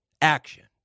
action